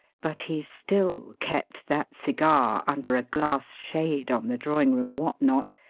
but he still kept that cigar under a glass shade on the drawing-room whatnot,